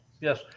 Yes